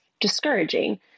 discouraging